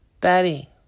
Betty